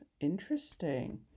Interesting